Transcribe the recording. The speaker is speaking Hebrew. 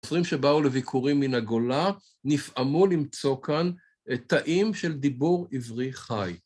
סופרים שבאו לביקורים מן הגולה נפעמו למצוא כאן תאים של דיבור עברי חי.